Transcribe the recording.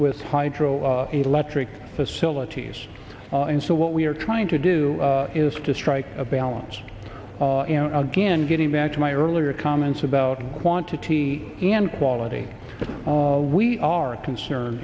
with hydro electric facilities and so what we are trying to do is to strike a balance again getting back to my earlier comments about quantity and quality but we are concerned